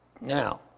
Now